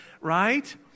right